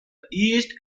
east